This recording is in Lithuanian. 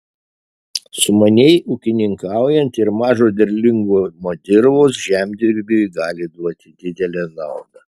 sumaniai ūkininkaujant ir mažo derlingumo dirvos žemdirbiui gali duoti didelę naudą